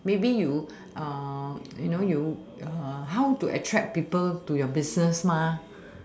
maybe you you know you how to attract people to your business